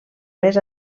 més